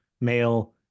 male